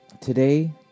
today